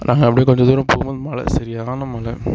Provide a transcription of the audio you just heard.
நாங்கள் அப்படியே கொஞ்ச தூரம் போகும்போது மழை சரியான மழை